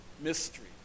mystery